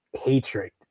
hatred